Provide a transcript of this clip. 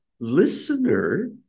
listener